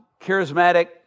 charismatic